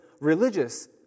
religious